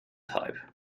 type